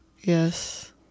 Yes